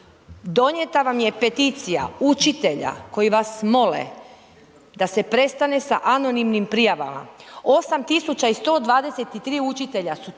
donijeta vam je peticija učitelja koji vas mole da se prestane sa anonimnim prijavama. 8.123 učitelja su to